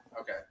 Okay